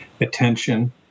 attention